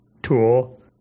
tool